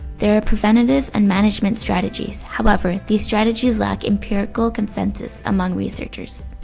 there are preventative and management strategies, however, these strategies lack empirical consensus among researchers.